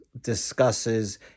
discusses